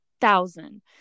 thousand